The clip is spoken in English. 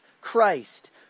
Christ